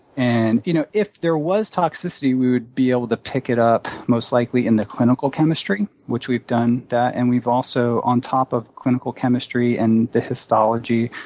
and you know if there was toxicity, we would be able to pick it up most likely in the clinical chemistry, which we've done that. and we've also, on top of clinical chemistry and the histology,